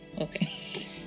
okay